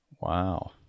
Wow